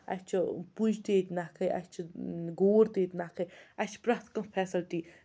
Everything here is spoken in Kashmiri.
اَسہِ چھُ پُج تہِ ییٚتہِ نَکھَے اَسہِ چھِ گوٗر تہِ ییٚتہِ نَکھَے اَسہِ چھِ پرٛٮ۪تھ کانٛہہ فٮ۪سَلٹی